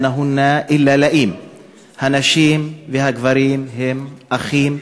ומתרגמם): הנשים והגברים הם אחים.